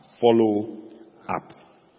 Follow-up